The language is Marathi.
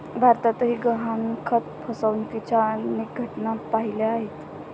भारतातही गहाणखत फसवणुकीच्या अनेक घटना पाहिल्या आहेत